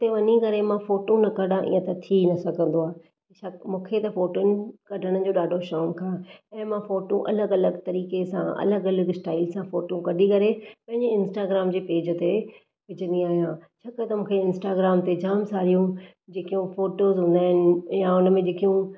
ऐं हुते वञी करे मां फोटो ना कढां हीअं त थी न सघंदो आहे मूंखे त फोटुनि कढणु जो ॾाढो शौक़ु आहे ऐ मां फोटो अलगि॒ अलगि॒ तरीक़े सां अलगि॒ अलगि॒ सटाईल सां फोटो कढी करे पंहिंजे इंस्टाग्राम जे पेज ते विझंदी आहियां छाकाणि त मूंखे इंस्टाग्राम ते जाम सारियूं जेकियूं फ़ोटोस हूंदा आहिनि ऐ या हुन में जेकियूं